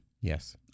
Yes